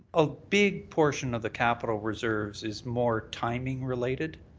a big portion of the capital reserves is more timing related.